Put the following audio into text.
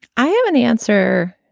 i have an answer.